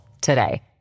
today